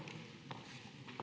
Hvala